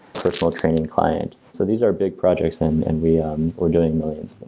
personal training client. so these are big projects and and we um are doing millions but